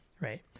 right